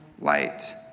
light